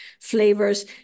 flavors